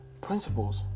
principles